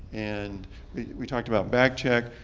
and we talked about back check.